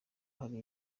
hari